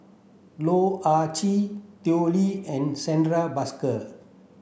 Loh Ah Chee Tao Li and Santha Bhaskar